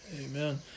Amen